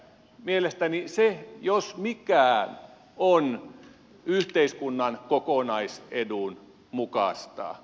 mielestäni se jos mikään on yhteiskunnan kokonaisedun mukaista